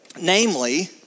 Namely